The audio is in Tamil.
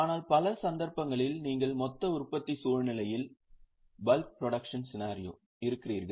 ஆனால் பல சந்தர்ப்பங்களில் நீங்கள் மொத்த உற்பத்தி சூழ்நிலையில் இருக்கிறீர்கள்